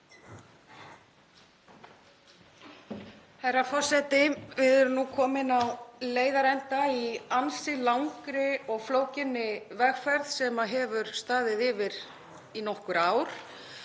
Herra forseti. Við erum nú komin á leiðarenda í ansi langri og flókinni vegferð sem hefur staðið yfir í nokkur ár.